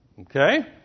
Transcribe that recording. Okay